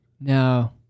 No